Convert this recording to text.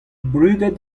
brudet